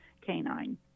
canine